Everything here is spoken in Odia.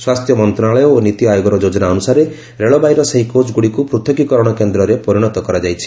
ସ୍ୱାସ୍ଥ୍ୟ ମନ୍ତ୍ରଣାଳୟ ଓ ନୀତି ଆୟୋଗର ଯୋଜନା ଅନ୍ତସାରେ ରେଳବାଇର ସେହି କୋଚ୍ଗୁଡ଼ିକୁ ପୃଥକୀକରଣ କେନ୍ଦ୍ରରେ ପରିଣତ କରାଯାଇଛି